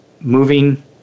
moving